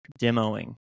demoing